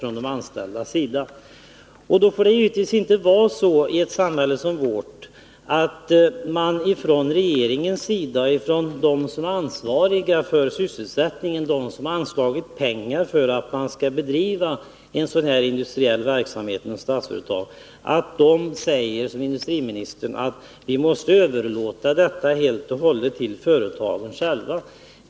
I ett samhälle som vårt får det givetvis inte vara så som industriministern säger, att regeringen, som är ansvarig för sysselsättningen och som har anslagit pengar tif bedrivande av sådan industriell verksamhet som Statsföretag, helt och hållet måste överlåta skötseln till företagen själva.